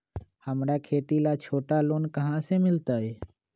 हमरा खेती ला छोटा लोने कहाँ से मिलतै?